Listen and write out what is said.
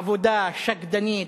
עבודה שקדנית,